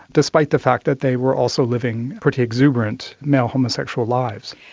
despite the fact that they were also living pretty exuberant male homosexual lives.